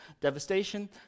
devastation